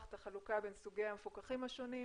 את החלוקה בין סוגי המפוקחים השונים,